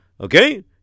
Okay